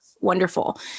wonderful